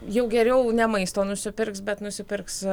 jau geriau ne maisto nusipirks bet nusipirks